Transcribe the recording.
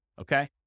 Okay